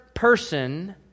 person